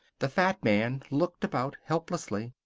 the fat man looked about, helplessly.